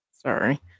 Sorry